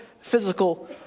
physical